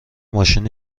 ماشین